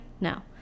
No